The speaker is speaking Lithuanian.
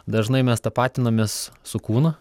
dažnai mes tapatinamės su kūnu